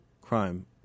crime